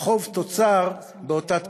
חוב תוצר באותה תקופה.